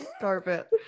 Carpet